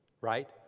right